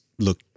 look